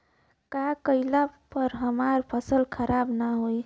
का कइला पर हमार फसल खराब ना होयी?